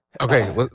Okay